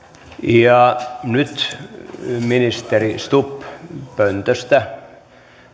ja nyt ministeri stubb pöntöstä